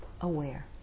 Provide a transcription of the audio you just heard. aware